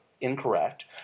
incorrect